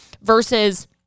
versus